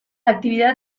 actividad